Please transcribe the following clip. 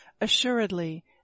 Assuredly